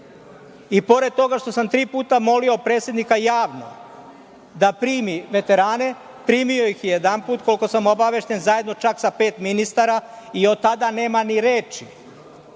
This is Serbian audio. I pored toga što sam tri puta molio predsednika javno da primi veterane, primio ih je jedanput, koliko sam obavešten, zajedno čak sa pet ministara i od tada nema ni reči.